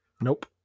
Nope